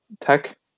tech